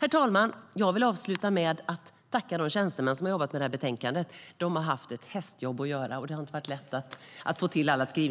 Herr talman! Jag vill avsluta med att tacka de tjänstemän som jobbat med detta betänkande. De har haft ett hästjobb, och det har inte varit lätt att få till alla skrivningar.